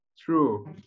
true